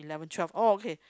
eleven twelve all okay